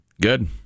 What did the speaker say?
Good